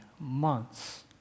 months